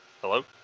Hello